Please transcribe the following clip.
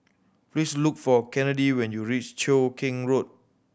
please look for Kennedi when you reach Cheow Keng Road